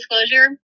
disclosure